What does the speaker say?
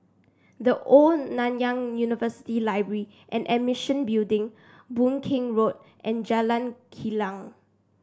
The Old Nanyang University Library and Building Boon King Road and Jalan Kilang